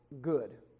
good